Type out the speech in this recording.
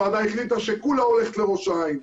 הוועדה החליטה שכולה הולכת לראש העין.